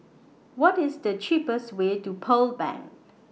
What IS The cheapest Way to Pearl Bank